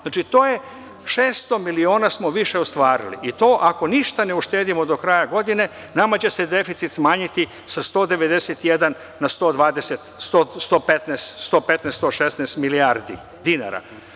Znači, 600 miliona smo više ostvarili i to ako ništa ne uštedimo do kraja godine, nama će se deficit smanjiti sa 191 na 120, 115, 116 milijardi dinara.